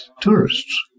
tourists